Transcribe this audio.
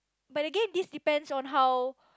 but again this depends on how